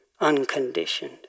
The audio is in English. unconditioned